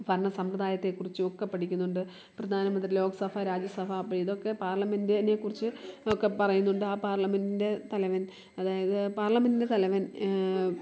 ഭരണ സമ്പ്രദായത്തെക്കുറിച്ചുമൊക്കെ പഠിക്കുന്നുണ്ട് പ്രധാനമന്ത്രി ലോക സഭ രാജ്യസഭ അപ്പോൾ ഇതൊക്കെ പാർലമെൻറ്റിനേക്കുറിച്ചുമൊക്കെ പറയുന്നുണ്ട് ആ പാർലമെൻറ്റിന്റെ തലവൻ അതായത് പാർലമെൻറ്റിന്റെ തലവൻ